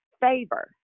favor